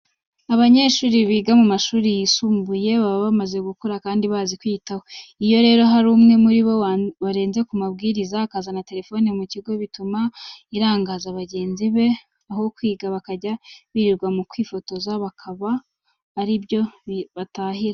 Abanyeshuri biga mu mashuri yisumbuye baba bamaze gukura kandi bazi kwiyitaho. Iyo rero hari umwe muri bo warenze ku mabyiriza akazana telefone mu kigo bituma irangaza bagenzi be aho kwiga bakajya birirwa mu kwifotoza bakaba ari byo batahira.